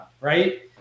right